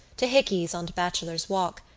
to hickey's on bachelor's walk,